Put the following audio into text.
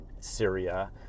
Syria